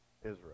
Israel